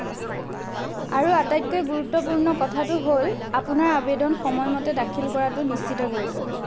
আৰু আটাইতকৈ গুৰুত্বপূৰ্ণ কথাটো হ'ল আপোনাৰ আবেদন সময়মতে দাখিল কৰাটো নিশ্চিত কৰিব